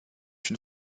une